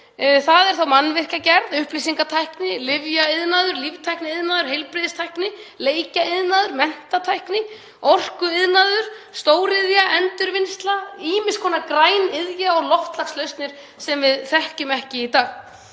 Það er þá mannvirkjagerð, upplýsingatækni, lyfjaiðnaður, líftækniiðnaður, heilbrigðistækni, leikjaiðnaður, menntatækni, orkuiðnaður, stóriðja, endurvinnsla, ýmiss konar græniðja og loftslagslausnir sem við þekkjum ekki í dag.